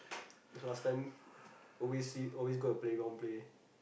last time always see always go the playground play